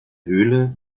höhle